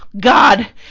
God